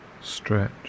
stretch